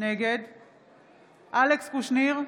נגד אלכס קושניר,